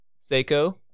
Seiko